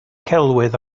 celwydd